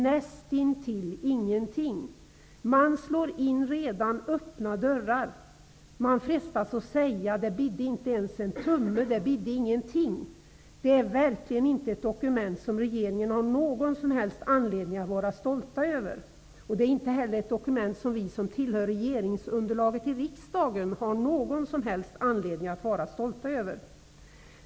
Näst intill ingenting. Man slår in redan öppna dörrar. Jag frestas att säga: Det bidde inte ens en tumme -- det bidde ingenting. Det är verkligen inte ett dokument som regeringen har någon som helst anledning att vara stolt över. Det är inte heller ett dokument som vi som tillhör regeringsunderlaget i riksdagen har någon som helst anledning att vara stolta över.